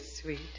sweet